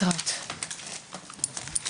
13:28.